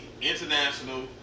International